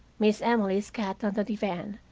miss emily's cat on the divan,